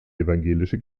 evangelische